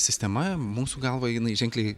sistema mūsų galva jinai ženkliai